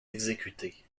exécutés